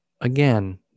again